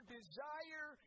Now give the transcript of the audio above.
desire